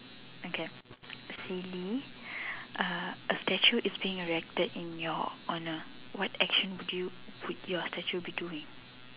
okay silly uh a statue is being erected in your honour what action would you would your statue be doing